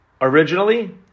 originally